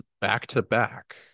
back-to-back